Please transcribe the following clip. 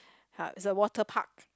uh it's a water park